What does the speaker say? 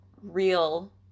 real